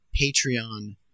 Patreon